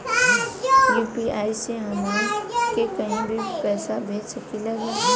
UPI से हमहन के कहीं भी पैसा भेज सकीला जा?